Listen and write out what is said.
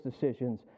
decisions